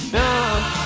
now